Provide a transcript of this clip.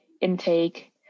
intake